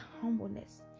humbleness